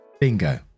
Bingo